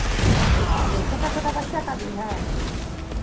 ठीक है ठीक है छोटा छोटा बच्चा का भी है